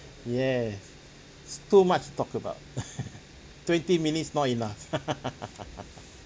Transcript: yes so much to talk about twenty minutes not enough